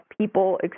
people